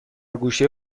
گوشه